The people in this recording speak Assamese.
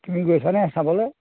তুমি গৈছানে চাবলৈ